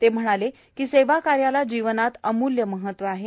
ते म्हणाले की सेवा कार्याला जीवनात अम्ल्य महत्व आहे